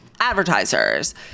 Advertisers